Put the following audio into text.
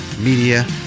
Media